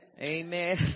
Amen